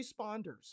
responders